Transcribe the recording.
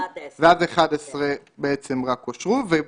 רק 11% מתוכן אושרו.